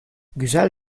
güzel